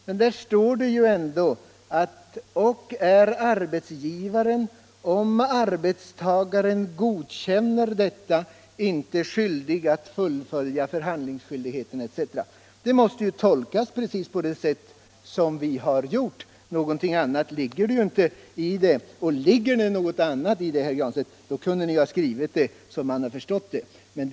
Men där står det ju ändå: ”-——— är arbetsgivaren om arbetstagaren godkänner detta inte skyldig att fullfölja förhandlingsskyldigheten ===" Det måste ju tolkas på precis det sätt som vi har gjort; någon annan mening ligger det ju inte i texten — och gör det det, kunde ni ju ha skrivit så att man hade förstått det.